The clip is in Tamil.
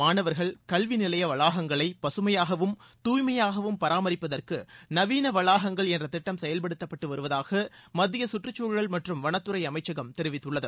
மாணவர்கள் கல்வி நிலைய வளாகங்களை பகமையாகவும் தூய்மையாகவும் பராமரிப்பதற்கு நவீன வளாகங்கள் என்ற திட்டம் செயல்படுத்தப்பட்டு வருவதாக மத்திய கற்றுச்சூழல் மற்றும் வனத்துறை அமைச்சகம் தெரிவித்துள்ளது